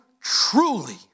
truly